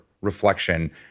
reflection